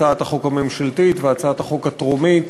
הצעת החוק הממשלתית והצעת החוק הטרומית,